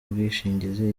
ubwishingizi